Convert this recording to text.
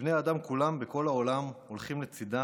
שבני האדם כולם בכל העולם הולכים לצידה